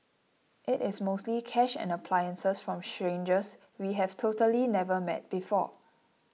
it is mostly cash and appliances from strangers we have totally never met before